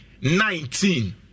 nineteen